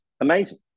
amazing